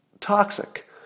toxic